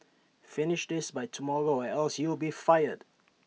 finish this by tomorrow or else you'll be fired